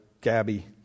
Gabby